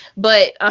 but ah